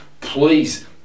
please